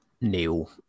neil